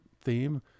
theme